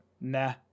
nah